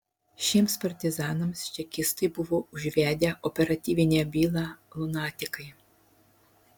šiems partizanams čekistai buvo užvedę operatyvinę bylą lunatikai